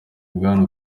bwana